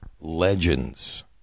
legends